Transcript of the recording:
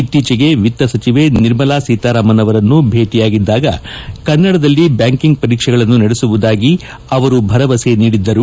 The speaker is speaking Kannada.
ಇತ್ತೀಚೆಗೆ ವಿತ್ತ ಸಚಿವೆ ನಿರ್ಮಲಾ ಸೀತಾರಾಮನ್ ಅವರನ್ನು ಭೇಟಿಯಾಗಿದ್ದಾಗ ಕನ್ನಡದಲ್ಲಿ ಬ್ಯಾಂಕಿಂಗ್ ಪರೀಕ್ಷೆಗಳನ್ನು ನಡೆಸುವುದಾಗಿ ಅವರು ಭರವಸೆ ನೀಡಿದ್ದರು